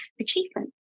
achievement